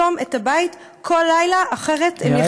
חוק להארכת תוקפן של תקנות שעת חירום (יהודה והשומרון,